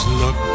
look